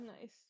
Nice